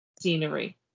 scenery